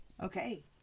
Okay